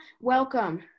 Welcome